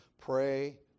pray